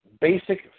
basic